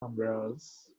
umbrellas